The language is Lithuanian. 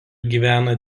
gyvena